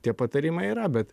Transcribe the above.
tie patarimai yra bet